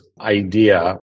idea